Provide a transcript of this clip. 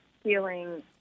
feeling